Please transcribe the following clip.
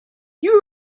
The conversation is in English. you